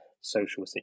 social